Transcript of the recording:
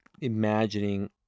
imagining